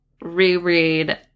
reread